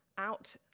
out